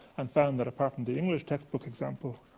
and found that apart from the english textbook example,